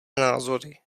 názory